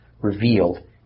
revealed